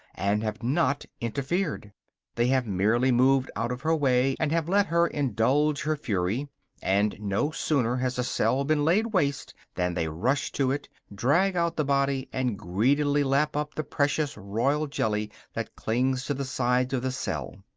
and have not interfered they have merely moved out of her way and have let her indulge her fury and no sooner has a cell been laid waste than they rush to it, drag out the body, and greedily lap up the precious royal jelly that clings to the sides of the cell.